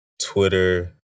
Twitter